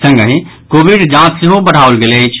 संगहि कोविड जांच सेहो बढ़ाओल गेल अछि